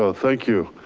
so thank you,